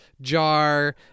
jar